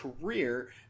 career